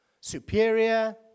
superior